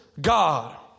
God